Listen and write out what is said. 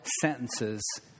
sentences